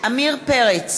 עמיר פרץ,